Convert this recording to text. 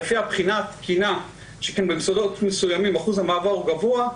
שלפיו הבחינה תקינה שכן במוסדות מסוימים אחוז המעבר הוא גבוה,